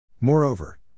Moreover